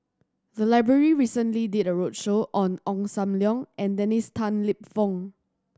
the library recently did a roadshow on Ong Sam Leong and Dennis Tan Lip Fong